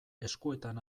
eskuetan